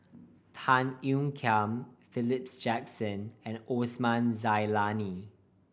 Tan Ean Kiam Philip Jackson and Osman Zailani